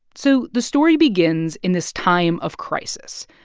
so the story begins in this time of crisis.